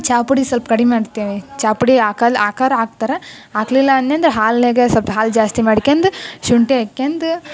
ಚಹಾ ಪುಡಿ ಸ್ವಲ್ಪ ಕಡಿಮೆ ಮಾಡ್ತೀವಿ ಚಹಾ ಪುಡಿ ಹಾಕಲ್ ಹಾಕರ್ ಹಾಕ್ತಾರ ಹಾಕ್ಲಿಲ್ಲ ಅಂದೆನಂದ್ರ ಹಾಲಿನಾಗೆ ಸ್ವಲ್ಪ ಹಾಲು ಜಾಸ್ತಿ ಮಾಡ್ಕೊಂದು ಶುಂಠಿ ಹಾಕ್ಯಂದು